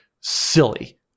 silly